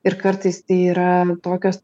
ir kartais tai yra tokios